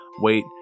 wait